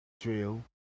drill